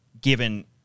given